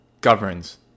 governs